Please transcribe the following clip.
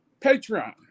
Patreon